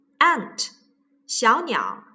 ant,小鸟